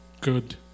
good